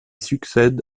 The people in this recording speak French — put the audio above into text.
succède